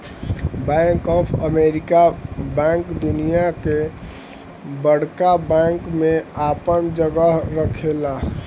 bank of America bank दुनिया के बड़का बैंक में आपन जगह रखेला